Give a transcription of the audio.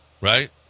right